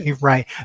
right